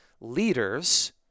leaders